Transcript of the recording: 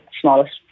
smallest